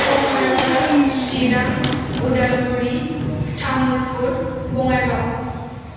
Kokrajhar Chirang Udalguri Tamulpur Bongaigaon